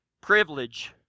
Privilege